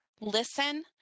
listen